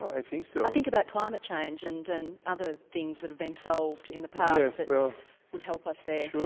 i think so i think about climate change and and other things that have been solved in the past that would help us there. sure,